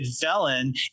felon